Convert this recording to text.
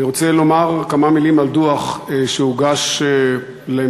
אני רוצה לומר כמה מילים על דוח שהוגש למשרד